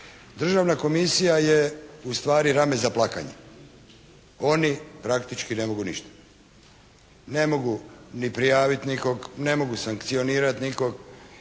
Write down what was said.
državna komisija je ustvari rame za plakanje, oni praktički ne mogu ništa. Ne mogu ni prijaviti nikoga, ne mogu sankcionirati nikoga,